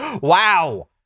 Wow